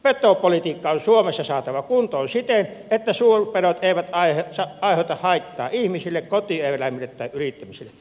petopolitiikka on suomessa saatava kuntoon siten että suurpedot eivät aiheuta haittaa ihmisille kotieläimille tai yrittämiselle